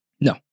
No